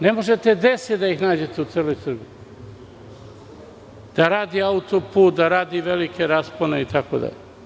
Ne možete ni 10 da ih nađete u celoj Srbiji, da radi autoput, da radi velike raspone itd.